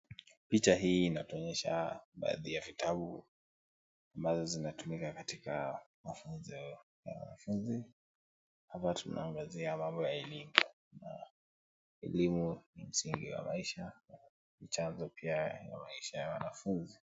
Picha hii inatuonyesha baadhi ya vitabu ambazo zinatumika katika mafunzo ya wanafunzi. Hapa tunaangazia mambo ya elimu, na elimu ni msingi wa maisha. Ni chanzo pia ya maisha ya wanafunzi.